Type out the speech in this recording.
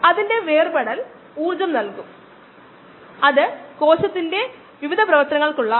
ഇവിടെ ഒരു വീഡിയോയുണ്ട് ലിങ്ക് കാണിച്ചുതരാം അത് നമുക്ക് കൂടുതൽ വിശദാംശങ്ങൾ നൽകും